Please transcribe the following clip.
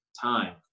time